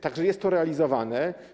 Tak że jest to realizowane.